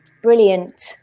brilliant